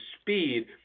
speed